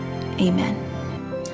amen